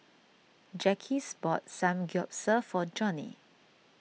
Jacquez bought Samgyeopsal for Joni